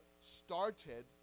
started